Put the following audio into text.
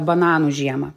bananų žiemą